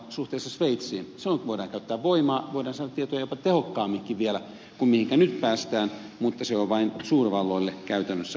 zyskowicz sanoi suhteessa sveitsiin silloin kun voidaan käyttää voimaa voidaan saada tietoja jopa tehokkaamminkin vielä kuin mihinkä nyt päästään mutta se on vain suurvalloille käytännössä mahdollista